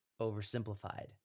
oversimplified